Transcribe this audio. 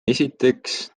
esiteks